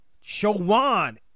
Shawan